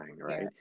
right